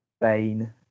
Spain